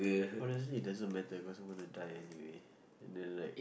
honestly it doesn't matter because I am gonna die anyway and then like